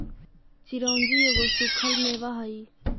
चिरौंजी एगो सूखल मेवा हई